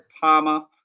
Palmer